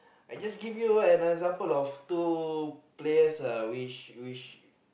I just give you an example of two players uh which which